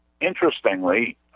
interestingly